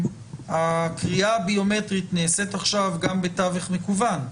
שהקריאה הביומטרית נעשית עכשיו גם בתווך מקוון,